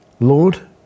Lord